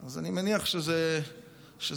אז אני מניח שזה יתכנס.